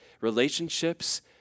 Relationships